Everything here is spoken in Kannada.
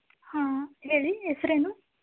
ಹಾಂ ಹೇಳಿ ಹೆಸರೇನು